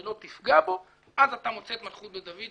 לא תפגע בו, אתה מוצא את מלכות בית דוד.